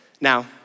Now